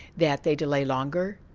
that they delay longer.